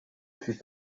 fut